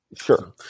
Sure